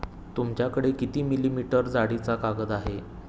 तुमच्याकडे किती मिलीमीटर जाडीचा कागद आहे?